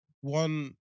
one